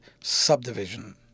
subdivision